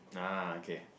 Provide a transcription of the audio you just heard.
uh okay